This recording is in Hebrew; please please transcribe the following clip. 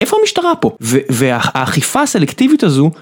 איפה המשטרה פה? והאכיפה הסלקטיבית הזו...